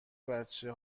بچه